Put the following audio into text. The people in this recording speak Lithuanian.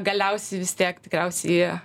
galiausiai vis tiek tikriausiai jie